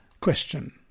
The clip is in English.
Question